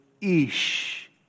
ish